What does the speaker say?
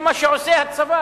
זה מה שעושה הצבא,